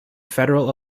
federal